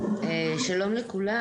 שלום לכולם.